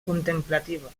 contemplativa